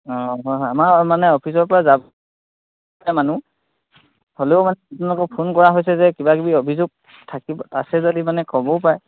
অঁ হয় হয় আমাৰ মানে অফিচৰপৰা যাব মানুহ হ'লেও মানে আপোনালোকক ফোন কৰা হৈছে যে কিবাকিবি অভিযোগ থাকিব আছে যদি মানে ক'বও পাৰে